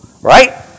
Right